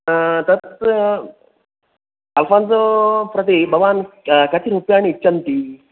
तत् अल्फ़ोन्सो प्रति भवान् कति रूप्याणि इच्छन्ति